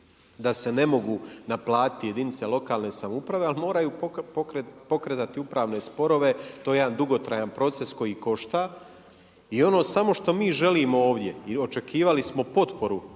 da se ne mogu naplatiti jedinice lokalne samouprave, ali moraju pokretati upravne sporove, to je jedan dugotrajan proces koji košta i ono samo što mi želim ovdje i očekivali smo potporu